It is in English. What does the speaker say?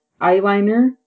eyeliner